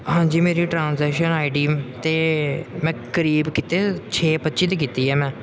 ਹਾਂਜੀ ਮੇਰੀ transaction I D 'ਤੇ ਮੈਂ ਕਰੀਬ ਕੀਤੇ ਛੇ ਪੱਚੀ 'ਤੇ ਕੀਤੀ ਆ ਮੈਂ